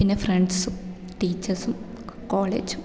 പിന്നെ ഫ്രണ്ട്സും ടീച്ചേഴ്സും കോളേജും